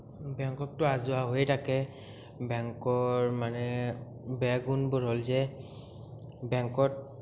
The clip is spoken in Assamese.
বেংকতটো অহা যোৱা হৈয়ে থাকে বেংকৰ মানে বেয়া গুণবোৰ হ'ল যে বেংকত